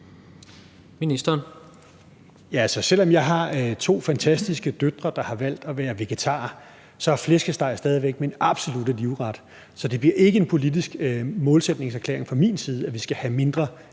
(Rasmus Prehn): Selv om jeg har to fantastiske døtre, der har valgt at være vegetarer, så er flæskesteg stadig væk min absolutte livret, så det bliver ikke en politisk målsætningserklæring fra min side, at vi skal have mindre